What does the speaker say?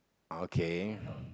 okay